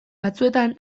batzuetan